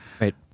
Right